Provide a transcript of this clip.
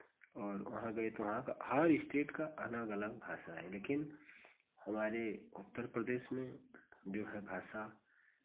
और वहाँ गए तो वहाँ का हर स्टेट का अलग अलग भाषा है लेकिन हमारे उत्तर प्रदेश में जो है भाषा